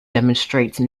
demonstrate